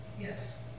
Yes